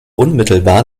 unmittelbar